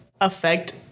affect